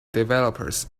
developers